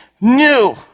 new